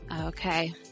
Okay